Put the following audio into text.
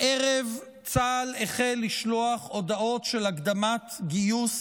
הערב צה"ל החל לשלוח הודעות של הקדמת גיוס